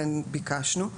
כן ביקשנו.